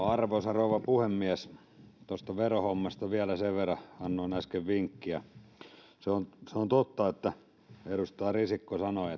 arvoisa rouva puhemies tuosta verohommasta annoin äsken vinkkiä ja vielä sen verran että on totta mitä edustaja risikko sanoi